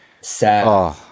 sad